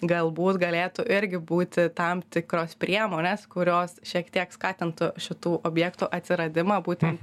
galbūt galėtų irgi būti tam tikros priemonės kurios šiek tiek skatintų šitų objektų atsiradimą būtent